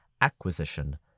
acquisition